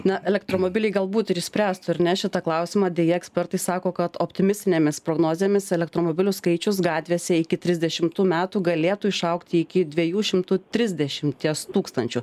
na elektromobiliai galbūt ir išspręstų ar ne šitą klausimą deja ekspertai sako kad optimistinėmis prognozėmis elektromobilių skaičius gatvėse iki trisdešimtų metų galėtų išaugti iki dvejų šimtų trisdešimties tūkstančių